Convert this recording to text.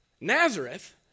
Nazareth